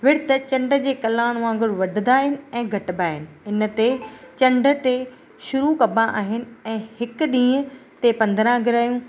विर्त चंड जे कल्याण वांगुरु वधंदा आहिनि ऐं घटिबा आहिनि हिन ते चंड ते शुरु कबा आहिनि ऐं हिकु ॾींहं ते पंद्रहं ग्रहण